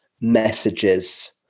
messages